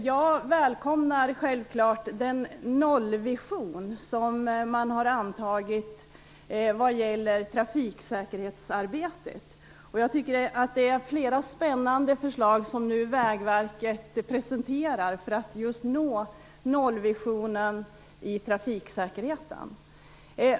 Jag välkomnar självklart den nollvision som man har antagit vad gäller trafiksäkerhetsarbetet. Jag tycker att det är flera spännande förslag som Vägverket nu presenterar för att just nå nollvisionen i trafiksäkerheten.